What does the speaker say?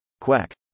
Quack